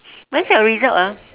when's your result ah